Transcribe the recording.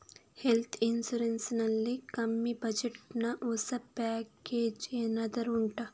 health insurance ನಲ್ಲಿ ಕಮ್ಮಿ budget ನ ಹೊಸ ಪ್ಯಾಕೇಜ್ ಏನಾದರೂ ಉಂಟಾ